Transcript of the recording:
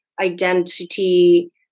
identity